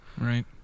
Right